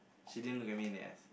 she didn't look at me in theirs